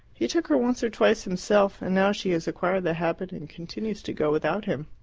he took her once or twice himself, and now she has acquired the habit and continues to go without him.